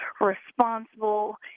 responsible